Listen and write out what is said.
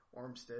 Armstead